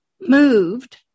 moved